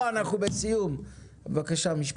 בבקשה משפט